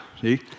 See